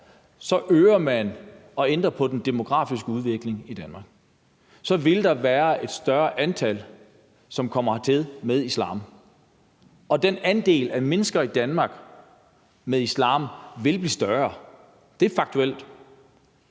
stemt for, så ændrer man den demografiske udvikling i Danmark. Så vil der være et større antal, som kommer hertil med islam. Den andel af mennesker i Danmark med islam vil blive større. Det er faktuelt.